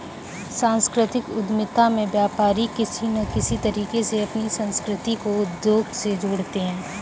सांस्कृतिक उद्यमिता में व्यापारी किसी न किसी तरीके से अपनी संस्कृति को उद्योग से जोड़ते हैं